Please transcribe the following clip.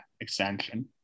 extension